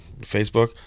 Facebook